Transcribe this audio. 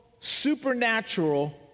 supernatural